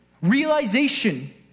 realization